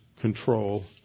control